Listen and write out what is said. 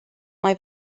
mae